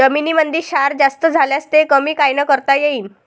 जमीनीमंदी क्षार जास्त झाल्यास ते कमी कायनं करता येईन?